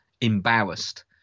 embarrassed